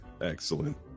Excellent